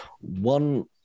One